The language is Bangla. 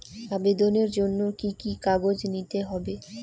আবেদনের জন্য কি কি কাগজ নিতে হবে?